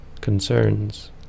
concerns